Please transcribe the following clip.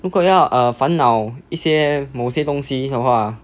如果要 err 烦恼一些某些东西的话